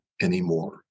anymore